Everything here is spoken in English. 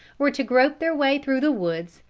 were to grope their way through the woods,